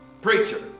Preacher